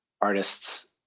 artists